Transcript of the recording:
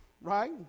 right